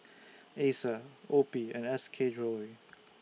Acer OPI and S K Jewellery